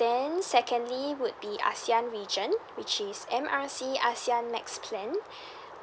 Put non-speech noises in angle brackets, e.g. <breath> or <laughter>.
then secondly would be ASEAN region which is M R C ASEAN max plan <breath>